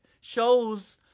shows